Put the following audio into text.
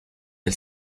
del